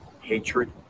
hatred